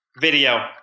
Video